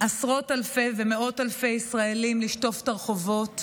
לעשרות אלפי ומאות אלפי ישראלים לשטוף את הרחובות,